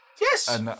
Yes